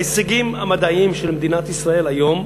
ההישגים המדעיים של מדינת ישראל היום,